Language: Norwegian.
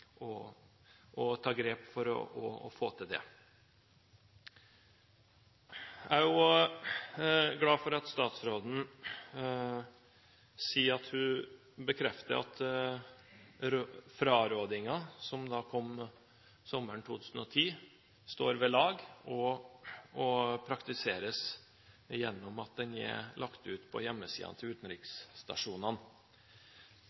å ta grep for å få til det. Jeg er også glad for at statsråden sier at hun bekrefter at frarådingen som kom sommeren 2010, står ved lag og praktiseres gjennom at den er lagt ut på hjemmesidene til